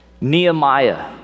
Nehemiah